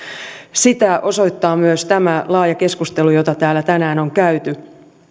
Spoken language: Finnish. sitä osoittaa myös tämä laaja keskustelu jota täällä tänään on käyty